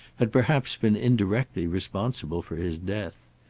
had perhaps been indirectly responsible for his death.